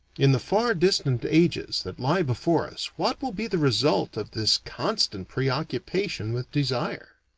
in the far distant ages that lie before us what will be the result of this constant preoccupation with desire?